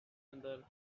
other